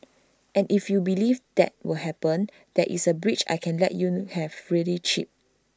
and if you believe that will happen there is A bridge I can let you have really cheap